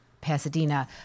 Pasadena